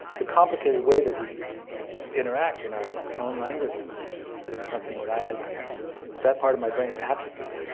the complicated way that we interact in our own languages is is something that i had that part of my brain had atrophied.